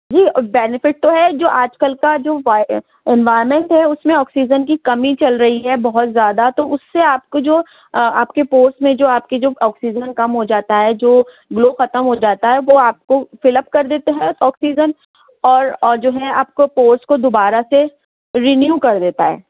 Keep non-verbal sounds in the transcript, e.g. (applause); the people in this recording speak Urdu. جی اور بینیفٹ تو ہے جو آج کل کا جو (unintelligible) انوائرمنٹ ہے اس میں آکسیجن کی کمی چل رہی ہے بہت زیادہ تو اس سے آپ کو جو آپ کے پوسٹ میں جو آپ کے جو آکسیجن کم ہو جاتا ہے جو گلو ختم ہو جاتا ہے وہ آپ کو فل اپ کر دیتے ہیں آکسیجن اور اور جو ہے آپ کو پوز کو دوبارہ سے رینیو کر دیتا ہے